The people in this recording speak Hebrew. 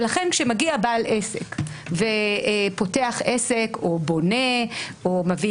לכן כשמגיע בעל עסק ופותח עסק או בונה או מביא